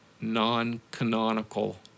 non-canonical